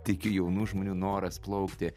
tikiu jaunų žmonių noras plaukti